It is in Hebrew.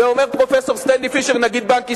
את זה אומר פרופסור סטנלי פישר, נגיד בנק ישראל.